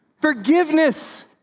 forgiveness